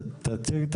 כן, תציג את